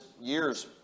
years